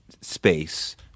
space